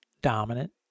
dominant